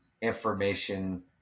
information